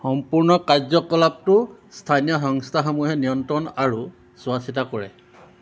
সম্পূৰ্ণ কাৰ্য্যকলাপটো স্থানীয় সংস্থাসমূহে নিয়ন্ত্ৰণ আৰু চোৱা চিতা কৰে